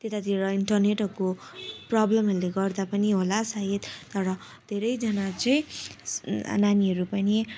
त्यतातिर इन्टरनेटहरूको प्रब्लमहरूले गर्दा पनि होला सायद तर धेरैजना चाहिँ नानीहरू पनि